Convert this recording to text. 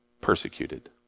persecuted